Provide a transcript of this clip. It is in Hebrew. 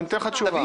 אני נותן לך תשובה.